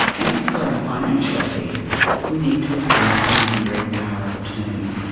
and for our financial affairs we need to appoint an enduring power of attorney.